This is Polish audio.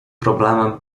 problemem